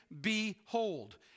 behold